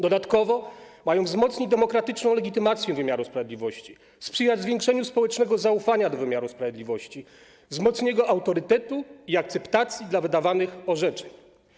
Dodatkowo mają wzmocnić demokratyczną legitymację wymiaru sprawiedliwości, sprzyjać zwiększeniu społecznego zaufania do wymiaru sprawiedliwości, wzmocnieniu jego autorytetu i akceptacji dla wydawanych orzeczeń.